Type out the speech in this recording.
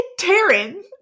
Taryn